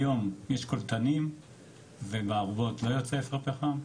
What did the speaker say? היום יש קולטנים ומהארובות לא יוצא אפר פחם.